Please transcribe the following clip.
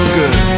good